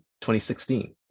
2016